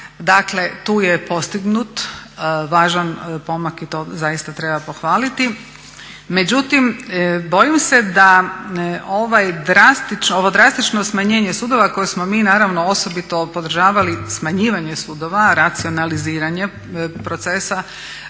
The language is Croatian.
Dakle tu je postignut važan pomak i to zaista treba pohvaliti. Međutim, bojim se da ovo drastično smanjenje sudova koje smo mi naravno osobito podržavali, smanjivanje sudova, racionaliziranje procesa